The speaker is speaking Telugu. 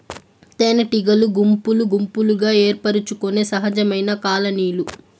తేనెటీగలు గుంపులు గుంపులుగా ఏర్పరచుకొనే సహజమైన కాలనీలు